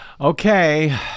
Okay